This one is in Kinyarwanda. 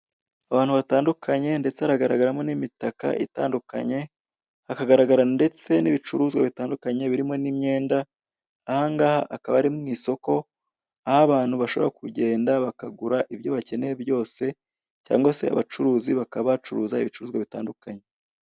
Abantu batandukanye ndetse haragaragaramo n'imitaka itandukanye hakagaragara ndetse n'ibicuruzwa bitandukanye birimo n'imyenda, ahangaha akaba ari mu isoko aho abantu bashobora kugenda bakagura ibyo bakeneye byose cyangwa se abacuruzi bakaba bacuruza ibicuruzwa bitandukanye.